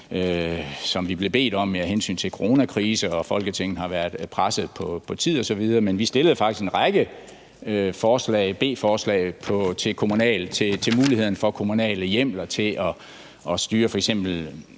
som vi er blevet bedt om, af hensyn til coronakrisen, og fordi Folketinget har været presset på tid osv., men vi fremsatte faktisk en række beslutningsforslag til muligheden for kommunale hjemler til at styre